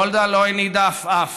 גולדה לא הנידה עפעף,